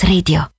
Radio